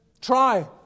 Try